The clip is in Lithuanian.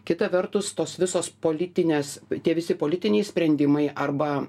kita vertus tos visos politinės tie visi politiniai sprendimai arba